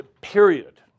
period